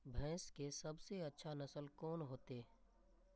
भैंस के सबसे अच्छा नस्ल कोन होते?